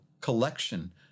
collection